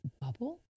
bubble